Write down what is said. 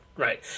Right